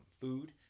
food